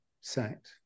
sacked